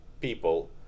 people